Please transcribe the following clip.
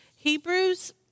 Hebrews